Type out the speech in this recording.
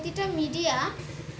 প্রতিটা মিডিয়া